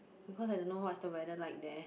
because I don't know what is the weather like there